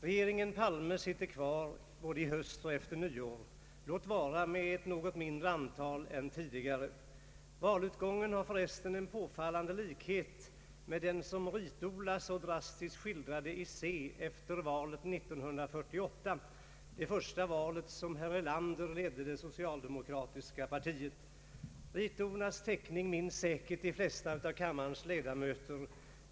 Regeringen Palme sitter kvar både i höst och efter nyår, låt vara med ett något mindre antal mandat än tidigare. Valutgången har för resten en påfallande likhet med den som Rit-Ola så drastiskt skildrade i Se efter valet 1948, det första valet som herr Erlander ledde det socialdemokratiska partiet. Rit Olas teckning minns säkert de flesta av kammarens ledamöter.